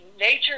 nature